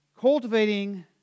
cultivating